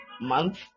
month